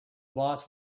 boss